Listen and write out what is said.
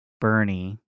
Bernie